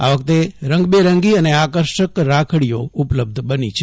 આ વખતે રંગબેરંગી અને આકર્ષક રાખડીઓ ઉપલબ્ધ બની છે